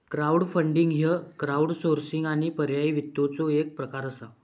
crowdfunding ह्य crowdsourcing आणि पर्यायी वित्ताचो एक प्रकार असा